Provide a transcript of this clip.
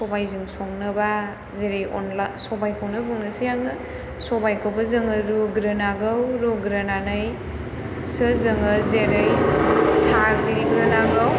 सबाइजों संनोबा जेरै अनला सबाइखौनो बुंनोसै आङो सबाइखौबो जोङो रुग्रोनांगौ रुग्रोनानैसो जोङो जेरै साग्लिग्रोनांगौ